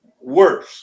Worse